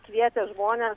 kvietė žmone